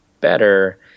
better